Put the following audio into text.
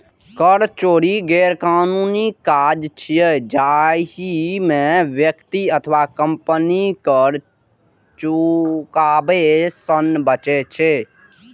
कर चोरी गैरकानूनी काज छियै, जाहि मे व्यक्ति अथवा कंपनी कर चुकाबै सं बचै छै